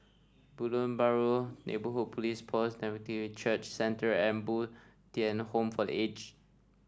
Baru Neighbourhood Police Post Nativity Church Centre and Bo Tien Home for The Aged